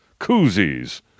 koozies